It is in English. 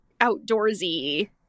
outdoorsy